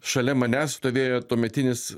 šalia manęs stovėjo tuometinis